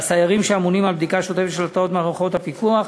והסיירים שאמונים על בדיקה שוטפת של התרעות מערכות הפיקוח,